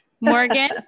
Morgan